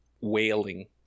Wailing